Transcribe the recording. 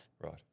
Right